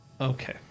Okay